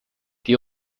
die